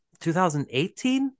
2018